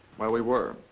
well, we were.